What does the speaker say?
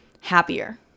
happier